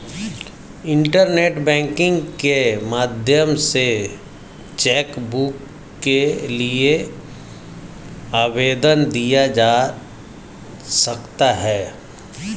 internet banking के माध्यम से चैकबुक के लिए आवेदन दिया जा सकता है